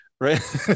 right